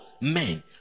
men